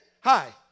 Hi